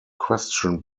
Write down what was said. question